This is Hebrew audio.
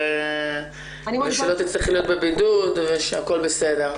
ושלא תצטרכי להיות בבידוד ושהכול בסדר.